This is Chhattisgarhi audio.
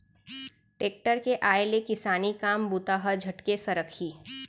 टेक्टर के आय ले किसानी काम बूता ह झटके सरकही